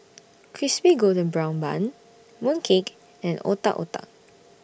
Crispy Golden Brown Bun Mooncake and Otak Otak